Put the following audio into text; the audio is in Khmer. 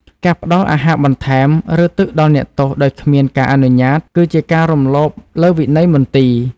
ការផ្ដល់អាហារបន្ថែម ឬទឹកដល់អ្នកទោសដោយគ្មានការអនុញ្ញាត គឺជាការរំលោភលើវិន័យមន្ទីរ។